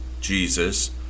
Jesus